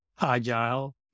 agile